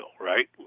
right